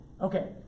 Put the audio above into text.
Okay